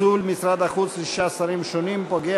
פיצול משרד החוץ לשישה שרים שונים פוגע